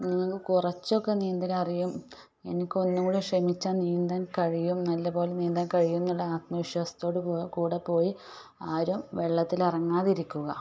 നിങ്ങൾക്ക് കുറച്ചൊക്കെ നീന്തലറിയും എനിക്ക് ഒന്നും കൂടെ ശ്രമിച്ചാൽ നീന്താൻ കഴിയും നല്ല പോലെ നീന്താൻ കഴിയുമെന്നുള്ള ആത്മവിശ്വാസത്തോട് കൂടെ പോയി ആരും വെള്ളത്തിലിറങ്ങാതിരിക്കുക